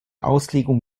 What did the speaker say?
auslegung